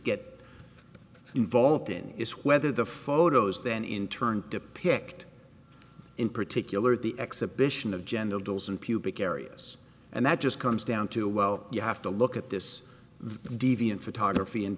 get involved in is whether the photos then in turn depict in particular the exhibition of general dolls in pubic areas and that just comes down to well you have to look at this deviant photography and